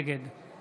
נגד